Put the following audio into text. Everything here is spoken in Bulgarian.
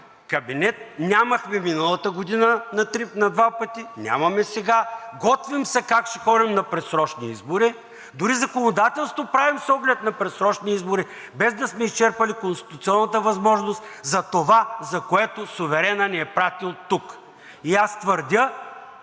кабинет, нямахме миналата година на два пъти, нямаме сега. Готвим се как ще ходим на предсрочни избори. Дори законодателство правим с оглед на предсрочни избори, без да сме изчерпали конституционната възможност за това, за което суверенът ни е пратил тук. И аз твърдя,